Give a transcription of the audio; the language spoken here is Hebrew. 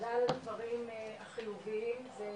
תודה על הדברים החיוביים, זה